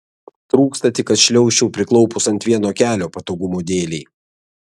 trūksta tik kad šliaužčiau priklaupus ant vieno kelio patogumo dėlei